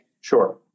Sure